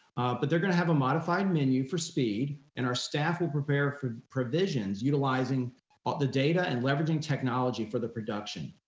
but they're gonna have a modified menu for speed and our staff will prepare for provisions utilizing all but the data and leveraging technology for the production.